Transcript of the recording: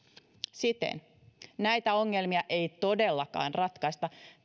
siten näitä ongelmia ei todellakaan ratkaista